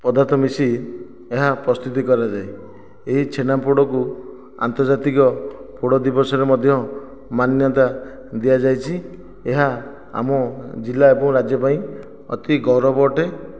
ପଦାର୍ଥ ମିଶି ଏହା ପ୍ରସ୍ତୁତି କରାଯାଏ ଏହି ଛେନାପୋଡ଼କୁ ଆନ୍ତର୍ଜାତିକ ପୋଡ଼ ଦିବସରେ ମଧ୍ୟ ମାନ୍ୟତା ଦିଆଯାଇଛି ଏହା ଆମ ଜିଲ୍ଲା ଏବଂ ରାଜ୍ୟ ପାଇଁ ଅତି ଗୌରବ ଅଟେ